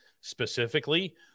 specifically